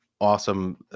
Awesome